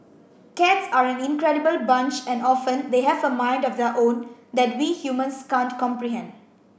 cats are an incredible bunch and often they have a mind of their own that we humans can't comprehend